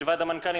מלבד המנכ"לים,